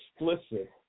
explicit